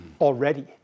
already